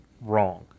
wrong